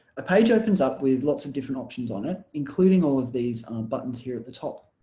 a page opens up with lots of different options on it including all of these buttons here at the top.